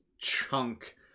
chunk